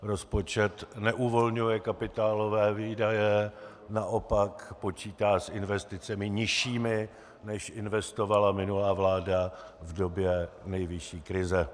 Rozpočet neuvolňuje kapitálové výdaje, naopak počítá s investicemi nižšími, než investovala minulá vláda v době největší krize.